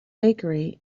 bakery